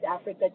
Africa